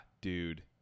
dude